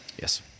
Yes